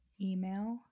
email